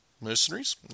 mercenaries